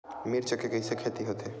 मिर्च के कइसे खेती होथे?